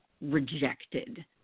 rejected